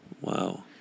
Wow